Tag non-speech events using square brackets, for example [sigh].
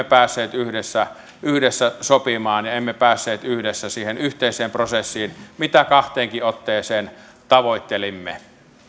[unintelligible] päässeet yhdessä yhdessä sopimaan ja emme päässeet yhdessä siihen yhteiseen prosessiin mitä kahteenkin otteeseen tavoittelimme